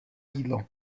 jídlo